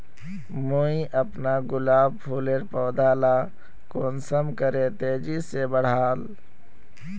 मुई अपना गुलाब फूलेर पौधा ला कुंसम करे तेजी से बढ़ाम?